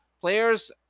Players